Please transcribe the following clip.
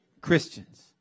Christians